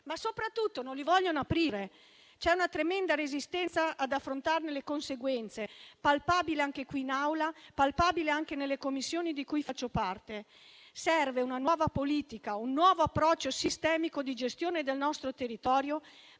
ma soprattutto non li vogliono aprire. Vi è una tremenda resistenza ad affrontarne le conseguenze, palpabile anche qui in Aula e nelle Commissioni di cui faccio parte. Servono una nuova politica e un nuovo approccio sistemico di gestione del nostro territorio,